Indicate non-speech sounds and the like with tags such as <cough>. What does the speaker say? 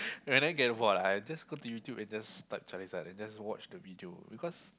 when I get bored ah I just go to YouTube and just type Charizard and just watch the video because <noise>